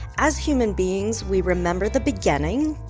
as human beings, we remember the beginning,